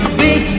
big